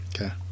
Okay